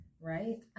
Right